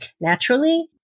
naturally